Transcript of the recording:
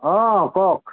অঁ কওক